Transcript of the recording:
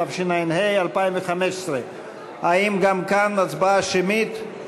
התשע"ה 2015. האם גם כאן הצבעה שמית?